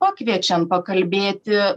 pakviečiam pakalbėti